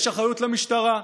יש אחריות למשטרה.